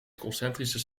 concentrische